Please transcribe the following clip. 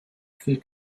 fait